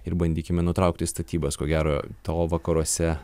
ir bandykime nutraukti statybas ko gero to vakaruose